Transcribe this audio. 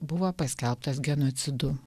buvo paskelbtas genocidu